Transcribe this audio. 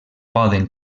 poden